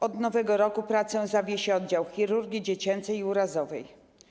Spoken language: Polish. Od Nowego Roku pracę zawiesi Oddział Chirurgii Dziecięcej i Urazowej.